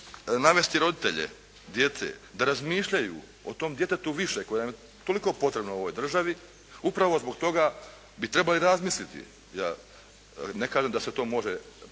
navesti roditelje djece da razmišljaju o tom djetetu više koje je toliko potrebno ovoj državi upravo zbog toga bi trebalo i razmisliti. Ja ne kažem da se to može